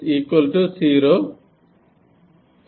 நான்